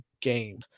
game